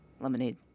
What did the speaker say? Lemonade